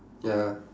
ya